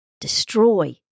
destroy